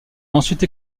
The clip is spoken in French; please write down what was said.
ensuite